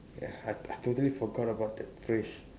ya I I totally forgot about that phrase